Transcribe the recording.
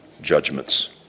judgments